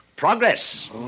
progress